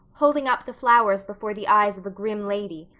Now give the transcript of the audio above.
holding up the flowers before the eyes of a grim lady,